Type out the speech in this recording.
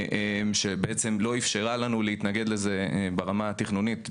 שבעצם לא אפשרה לנו להתנגד לזה ברמה התכנונית במוסדות,